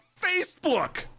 Facebook